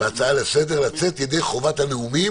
בהצעה לסדר לצאת ידי חובת הנאומים.